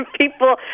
people